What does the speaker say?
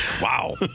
Wow